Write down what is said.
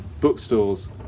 bookstores